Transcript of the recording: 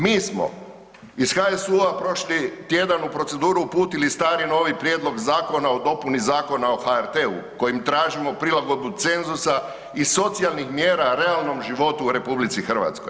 Mi smo iz HSU-a prošli tjedan u proceduru uputili stari/novi Prijedlog zakona o dopuni Zakona o HRT-u kojim tražimo prilagodbu cenzusa i socijalnih mjera realnom životu u RH.